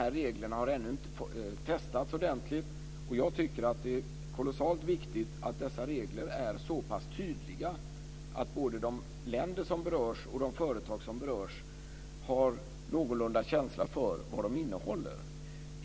Reglerna har ännu inte testats ordentligt, och jag tycker att det är kolossalt viktigt att dessa regler är så pass tydliga att både de länder och de företag som berörs har någorlunda känsla för vad de innehåller.